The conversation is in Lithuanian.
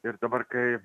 ir dabar kai